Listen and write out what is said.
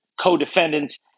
co-defendants